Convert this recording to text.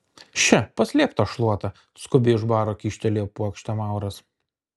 še paslėpk tą šluotą skubiai už baro kyštelėjo puokštę mauras